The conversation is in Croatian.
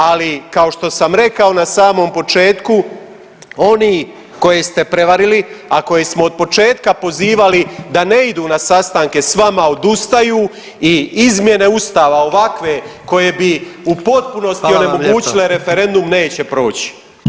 Ali kao što sam rekao na samom početku oni koje ste prevarili, a koje smo od početka povezivali da ne idu na sastanke s vama odustaju i izmjene Ustava ovakve koje bi u potpunosti onemogućile [[Upadica: Hvala vam lijepa.]] referendum neće proći.